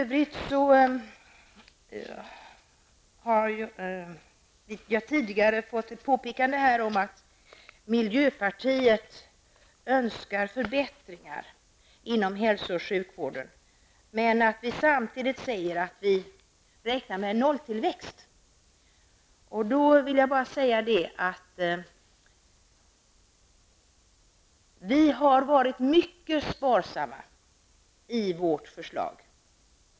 Vi har tidigare fått ett påpekande här om att miljöpartiet önskar förbättringar inom hälso och sjukvården, men att vi samtidigt säger att vi räknar med nolltillväxt. Vi har varit mycket sparsamma i vårt förslag.